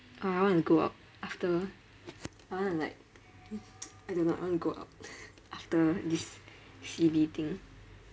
uh I want to go out after I want to like I don't know I want to go out after this C_B thing